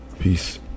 Peace